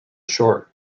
sure